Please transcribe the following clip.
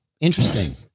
Interesting